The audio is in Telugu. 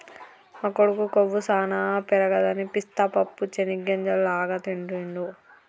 మా కొడుకు కొవ్వు సానా పెరగదని పిస్తా పప్పు చేనిగ్గింజల లాగా తింటిడు